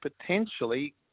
potentially